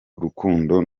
urukundo